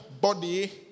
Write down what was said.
body